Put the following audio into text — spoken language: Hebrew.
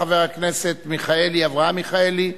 חבר הכנסת אברהם מיכאלי,